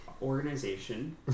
organization